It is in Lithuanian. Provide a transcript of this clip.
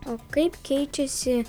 o kaip keičiasi